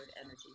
energy